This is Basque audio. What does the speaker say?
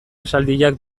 esaldiak